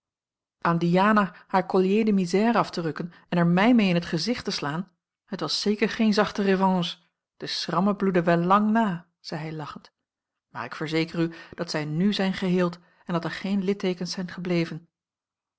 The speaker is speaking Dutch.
aan diana haar collier de misère af te rukken en er mij mee in t gezicht te slaan het was zeker geene zachte revanche de schrammen bloedden wel lang na zei hij lachend maar ik verzeker u dat zij n zijn geheeld en dat er geen litteekens zijn gebleven